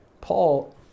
Paul